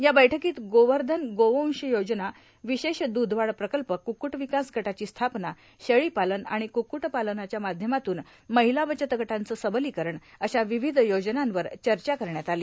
या बैठ्कीत गोवर्धन गोवंश योजना विशेष द्रधवाढ प्रकल्प क्क्क्ट विकास गटाची स्थापना शेळीपालन आणि क्रक्क्टपालनाच्या माध्यमातून महिला बचतगटांचे सबलीकरण अशा विविध योजनांवर चर्चा करण्यात आली